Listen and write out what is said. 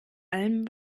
allem